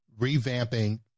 revamping